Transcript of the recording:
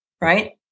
right